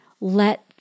let